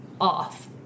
off